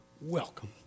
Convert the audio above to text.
welcome